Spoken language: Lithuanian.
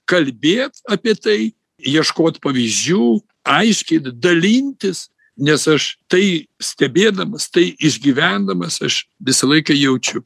kalbėt apie tai ieškot pavyzdžių aiškiai dalintis nes aš tai stebėdamas tai išgyvendamas aš visą laiką jaučiu